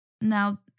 Now